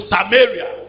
Samaria